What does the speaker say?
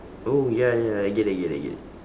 oh ya ya I get it get it get it